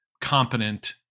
competent